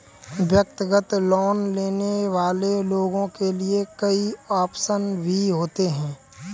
व्यक्तिगत लोन लेने वाले लोगों के लिये कई आप्शन भी होते हैं